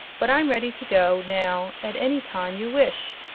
but i'm ready to go, now, at any time you wish.